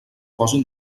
posin